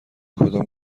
کدام